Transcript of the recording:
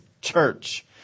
church